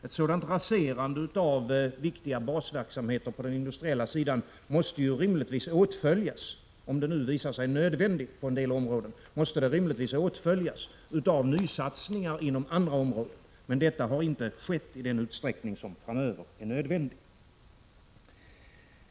Ett sådant raserande av viktiga basverksamheter på den industriella sidan måste rimligtvis, om det nu visar sig nödvändigt, åtföljas av nysatsningar inom andra områden. Detta har emellertid inte skett i den utsträckning som framöver är nödvändigt.